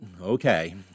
okay